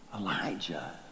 Elijah